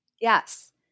yes